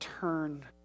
turn